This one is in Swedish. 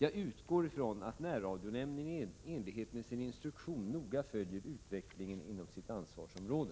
Jag utgår från att närradionämnden i enlighet med sin instruktion noga följer utvecklingen inom sitt ansvarsområde.